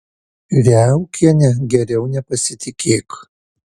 riaukiene geriau nepasitikėk